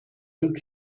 old